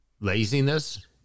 laziness